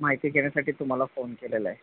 माहिती घेण्यासाठी तुम्हाला फोन केलेलं आहे